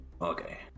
Okay